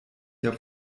der